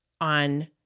on